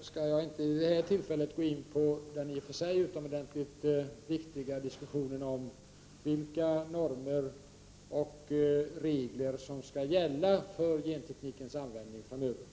skall jag inte vid detta tillfälle gå in i den i och för sig utomordentligt viktiga diskussionen om vilka normer och regler som skall gälla för genteknikens användning framöver.